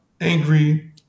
angry